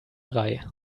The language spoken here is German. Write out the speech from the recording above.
drei